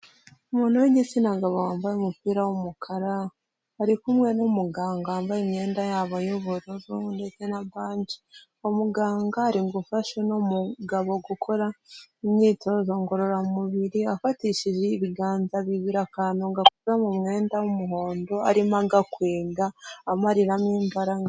Umuntu w'igitsina gabo wambaye umupira w'umukara, ari kumwe n'umuganga wambaye imyenda yabo y'ubururu ndetse na baji, uwo muganga ari gufasha mugabo gukora imyitozo ngororamubiri, afatishije ibiganza bibiri, akantu gakoze mu mwenda w'umuhondo, arimo agakwega amariramo imbaraga.